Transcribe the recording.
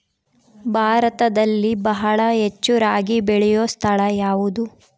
ಭಾರತದಲ್ಲಿ ಬಹಳ ಹೆಚ್ಚು ರಾಗಿ ಬೆಳೆಯೋ ಸ್ಥಳ ಯಾವುದು?